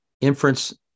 inference